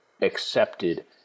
accepted